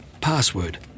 password